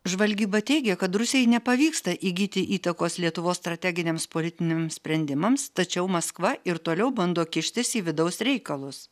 žvalgyba teigia kad rusijai nepavyksta įgyti įtakos lietuvos strateginiams politiniams sprendimams tačiau maskva ir toliau bando kištis į vidaus reikalus